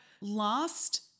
lost